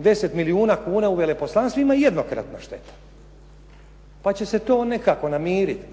10 milijuna kuna u veleposlanstvima je jednokratna šteta pa će se to nekako namiriti.